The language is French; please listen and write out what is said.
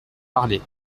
parlé